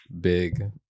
big